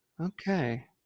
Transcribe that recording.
Okay